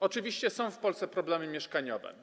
Oczywiście w Polsce są problemy mieszkaniowe.